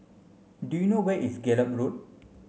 do you know where is Gallop Road